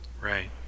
Right